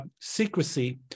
secrecy